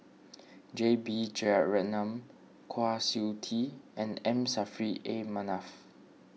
J B Jeyaretnam Kwa Siew Tee and M Saffri A Manaf